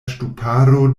ŝtuparo